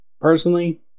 personally